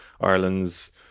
Ireland's